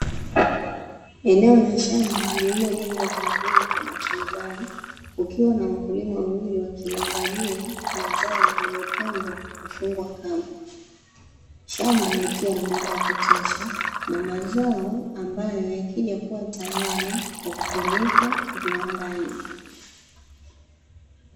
Eneo la shamba lililojengwa kwa vyuma na maturubai, kukiwa na wakulima wawili wakiangalia mazao yaliyopandwa kwa kufungwa kamba, shamba likiwa na mwanga wa kutosha na mazao ambayo yakija kuwa tayari kwa kupelekwa viwandani.